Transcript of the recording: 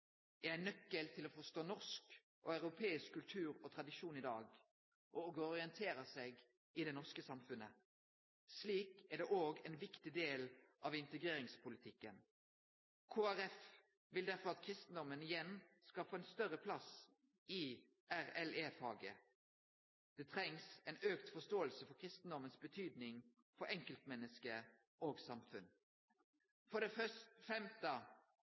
er ein nøkkel til å forstå norsk og europeisk kultur og tradisjon i dag, og å orientere seg i det norske samfunnet. Slik er det òg ein viktig del av integreringspolitikken. Kristeleg Folkeparti vil derfor at kristendomen igjen skal få ein større plass i RLE-faget. Det trengst ei auka forståing for kristendomens betyding for enkeltmenneske og samfunn. For det femte